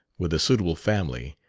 with a suitable family,